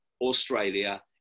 Australia